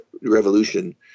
revolution